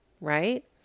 right